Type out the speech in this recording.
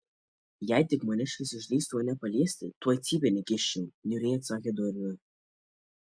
jei tik maniškis išdrįstų mane paliesti tuoj cypėn įkiščiau niūriai atsakė dorina